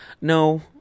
No